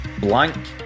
blank